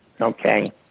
Okay